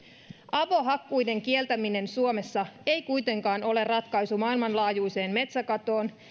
avohakkuiden kieltäminen suomessa ei kuitenkaan ole ratkaisu maailmanlaajuiseen metsäkatoon